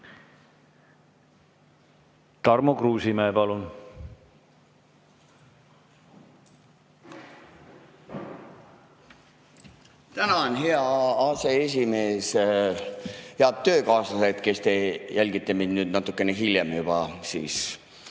Tarmo Kruusimäe, palun! Tänan, hea aseesimees! Head töökaaslased, kes te jälgite mind nüüd või natukene hiljem juba